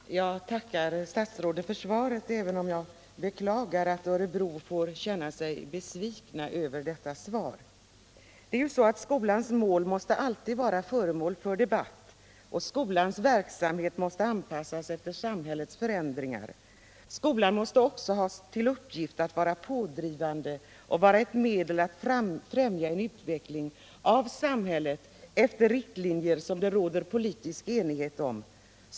Herr talman! Jag tackar statsrådet för svaret, även om jag beklagar att intagningsnämnderna och länsskolnämnden i Örebro får känna sig besvikna över detta svar. Skolans mål måste alltid vara föremål för debatt, och skolans verksamhet måste anpassas efter samhällets förändringar. Skolan måste också ha till uppgift att vara pådrivande och att vara ett medel att främja en utveckling av samhället efter riktlinjer som det råder politisk enighet om.